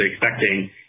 expecting